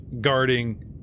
guarding